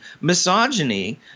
Misogyny